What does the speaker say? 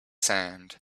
sand